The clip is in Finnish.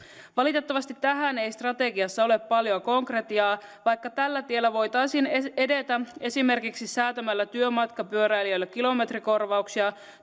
valitettavasti tähän ei strategiassa ole paljoa konkretiaa vaikka tällä tiellä voitaisiin edetä esimerkiksi säätämällä työmatkapyöräilijöille kilometrikorvauksia